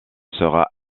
sera